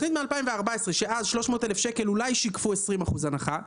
כשאז 300,000 אולי שיקפו 20% הנחה,